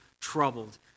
troubled